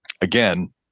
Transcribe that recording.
again